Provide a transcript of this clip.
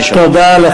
תודה, אדוני היושב-ראש.